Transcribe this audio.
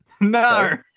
No